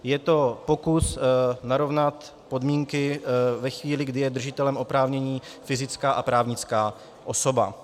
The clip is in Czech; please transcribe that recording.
Je to pokus narovnat podmínky ve chvíli, kdy je držitelem oprávnění fyzická a právnická osoba.